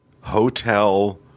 hotel